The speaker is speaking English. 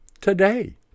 today